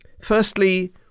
Firstly